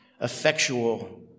effectual